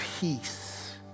peace